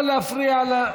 להפריע.